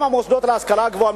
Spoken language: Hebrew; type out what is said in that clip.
אם המוסדות להשכלה גבוהה,